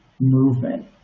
movement